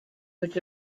which